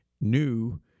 new